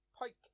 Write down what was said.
Pike